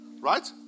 right